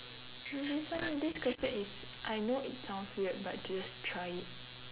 this one this question is I know it sounds weird but just try it